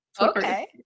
Okay